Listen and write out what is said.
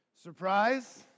Surprise